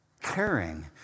caring